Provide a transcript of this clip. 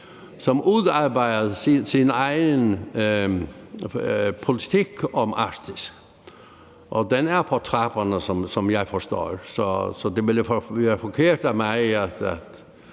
som udarbejder deres egen politik om Arktis. Og den er på trapperne, som jeg forstår det. Så det ville være forkert af mig